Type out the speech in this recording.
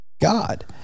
God